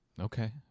Okay